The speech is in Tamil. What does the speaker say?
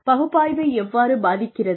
பகுப்பாய்வை எவ்வாறு பாதிக்கிறது